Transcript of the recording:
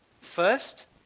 First